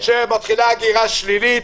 מתחילה הגירה שלילית,